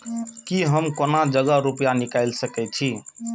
की हम कोनो जगह रूपया निकाल सके छी?